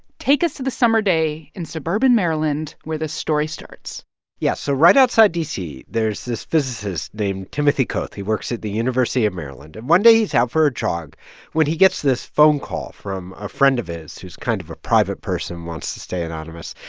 take us to the summer day in suburban maryland where the story starts yeah. so right outside d c, there's this physicist named timothy koeth. he works at the university of maryland. and one day, he's out for a jog when he gets this phone call from a friend of his who's kind of a private person wants to stay anonymous.